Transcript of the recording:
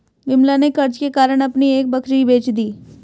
विमला ने कर्ज के कारण अपनी एक बकरी बेच दी